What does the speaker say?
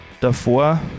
Davor